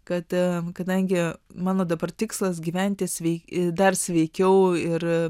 kad kadangi mano dabar tikslas gyventi sveikiau dar sveikiau ir